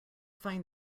find